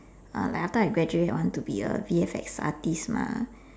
uh like after I graduate I want to be a V_F_X artist mah